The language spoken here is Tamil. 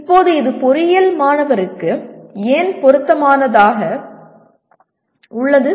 இப்போது இது பொறியியல் மாணவருக்கு ஏன் பொருத்தமானதாக உள்ளது